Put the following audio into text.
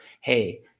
hey